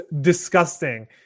disgusting